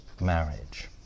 marriage